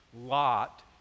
Lot